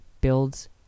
Builds